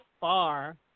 far